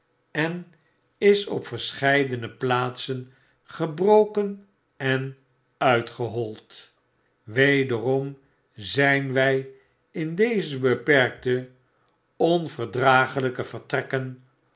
en is op verscheidene plaatsen gebroken en uitgehold wederom zyn wy in deze beperkte onverdraaglijke vertrekken